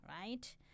Right